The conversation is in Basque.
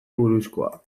buruzkoa